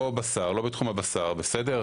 לא בשר, לא בתחום הבשר, בסדר?